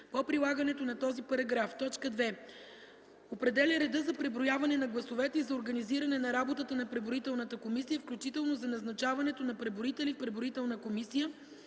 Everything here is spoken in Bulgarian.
по прилагането на този параграф; 2. определя реда за преброяване на гласовете и за организиране на работата на преброителната комисия, включително за назначаването на преброители в преброителната комисия,